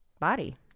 body